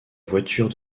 voiture